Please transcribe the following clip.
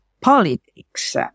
politics